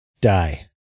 die